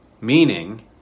Meaning